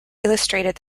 illustrated